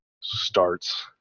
starts